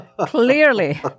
clearly